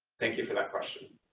thank you for that question.